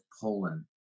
Poland